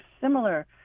similar